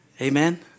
amen